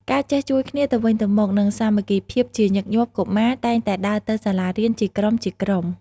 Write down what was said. ការចេះជួយគ្នាទៅវិញទៅមក និងសាមគ្គីភាព ជាញឹកញាប់ កុមារតែងតែដើរទៅសាលារៀនជាក្រុមៗ។